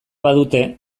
badute